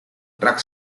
trucks